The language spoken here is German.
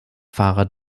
fahrer